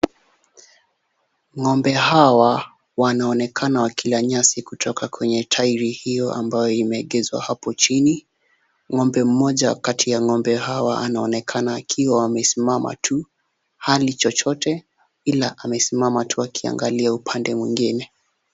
Ng'ombe hawa wanaonekana wakila nyasi kutoka kwenye tairi hiyo ambayo imeegeshwa hapo chini. Ng'ombe mmoja kati ya ng'ombe hawa anaonekana akiwa amesimama tu, hali chochote ila amesimama tu akiangalia upande mwingine.